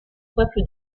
peuple